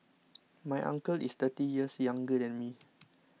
my uncle is thirty years younger than me